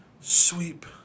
Sweep